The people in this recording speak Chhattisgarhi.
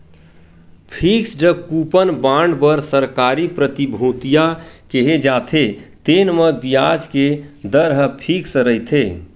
फिक्सड कूपन बांड बर सरकारी प्रतिभूतिया केहे जाथे, तेन म बियाज के दर ह फिक्स रहिथे